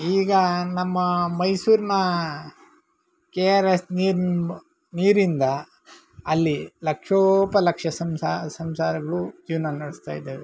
ಈಗ ನಮ್ಮ ಮೈಸೂರಿನ ಕೆ ಆರ್ ಎಸ್ ನೀರು ನೀರಿಂದ ಅಲ್ಲಿ ಲಕ್ಷೋಪಲಕ್ಷ ಸಂಸಾರ ಸಂಸಾರಗಳು ಜೀವನ ನಡೆಸ್ತಾ ಇದ್ದಾವೆ